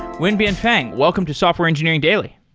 wenbin fang, welcome to software engineering daily